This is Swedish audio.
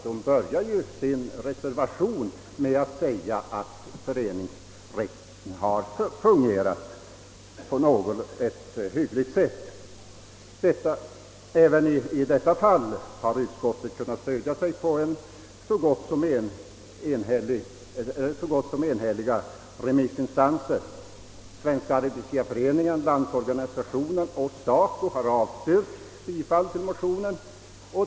De börjar sina reservationer med att säga att lagstiftningen om föreningsrätt har fungerat i stort sett tillfredsställande. Även i detta fall har utskottet kunnat stödja sig på så gott som enhälliga remissinstanser. Svenska arbetsgivareföreningen, LO och SACO har avstyrkt bifall till motionen.